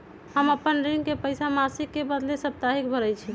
हम अपन ऋण के पइसा मासिक के बदले साप्ताहिके भरई छी